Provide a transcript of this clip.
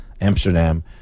Amsterdam